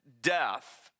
death